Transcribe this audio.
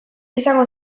izango